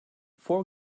four